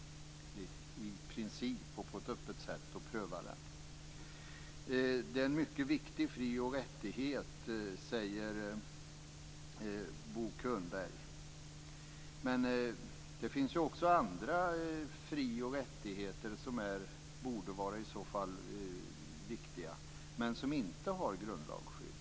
Äganderätten är en mycket viktig fri och rättighet, säger Bo Könberg. Men det finns ju också andra fri och rättigheter som borde anses viktiga men som inte har grundlagsskydd.